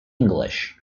english